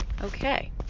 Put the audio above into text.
Okay